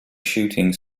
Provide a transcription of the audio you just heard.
shooting